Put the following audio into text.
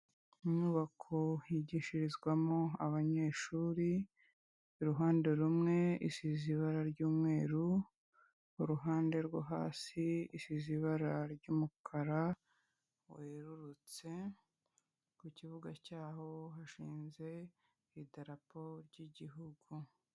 Inyubako yigishirizwamo abanyeshuri, iruhande rumwe isize ibara ry'umweru, uruhande rwo hasi isize ibara ry'umukara werurutse, ku kibuga cyaho hashinze idarapo ry'igihugu.